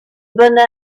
bonne